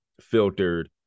filtered